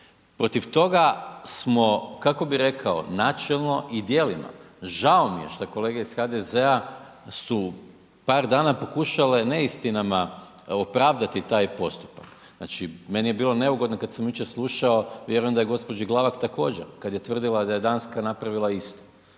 protiv toga smo, kako bi rekao načelno i djelima, žao mi je što je kolege iz HDZ-a su par dana pokušale neistinama opravdati taj postupak, znači meni je bilo neugodno kad sam jučer slušao, vjerujem da je gđi. Glavak također, kad je tvrdila da je Danska napravila isto,